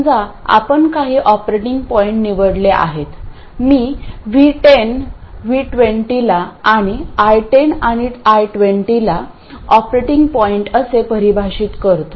समजा आपण काही ऑपरेटिंग पॉईंट निवडले आहेत मी V10 V20 ला आणि I10 आणि I20 ला ऑपरेटिंग पॉईंट असे परिभाषित करतो